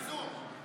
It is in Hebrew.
בערבית, מנסור.